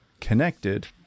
connected